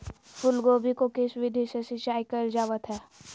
फूलगोभी को किस विधि से सिंचाई कईल जावत हैं?